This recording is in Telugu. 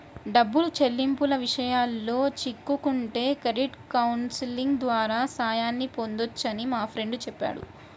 డబ్బు చెల్లింపుల విషయాల్లో చిక్కుకుంటే క్రెడిట్ కౌన్సిలింగ్ ద్వారా సాయాన్ని పొందొచ్చని మా ఫ్రెండు చెప్పాడు